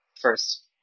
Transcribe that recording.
first